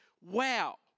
wow